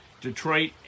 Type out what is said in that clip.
Detroit